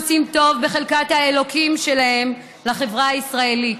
עושים טוב בחלקת האלוקים שלהם לחברה הישראלית.